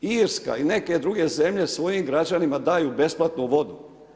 Irska i neke druge zemlje svojim građanima daju besplatnu vodu.